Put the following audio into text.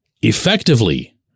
effectively